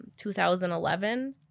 2011